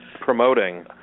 promoting